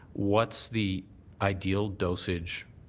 what's the ideal dosage